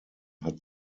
hat